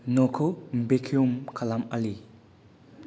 न'खौ भेकिउम खालाम आली